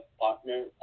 partner